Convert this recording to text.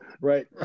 Right